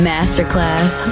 Masterclass